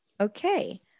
Okay